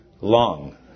long